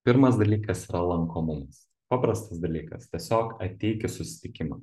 pirmas dalykas yra lankomumas paprastas dalykas tiesiog ateik į susitikimą